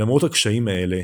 למרות הקשיים האלה,